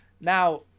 Now